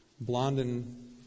Blondin